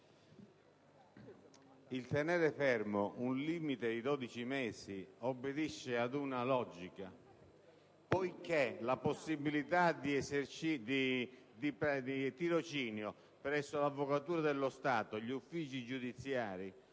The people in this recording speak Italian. il tenere fermo un limite di dodici mesi obbedisce ad una logica. Poiché la possibilità di tirocinio presso l'Avvocatura dello Stato e gli uffici giudiziari